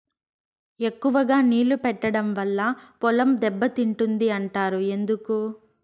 ఎక్కువగా నీళ్లు పెట్టడం వల్ల పొలం దెబ్బతింటుంది అంటారు ఎందుకు?